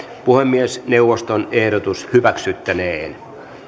puhemiesneuvoston ehdotus hyväksyttäneen